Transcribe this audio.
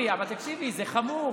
אבל תקשיבי, זה חמור.